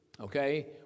okay